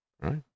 right